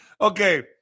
Okay